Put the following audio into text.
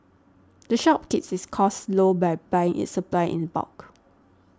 the shop keeps its costs low by buying its supplies in bulk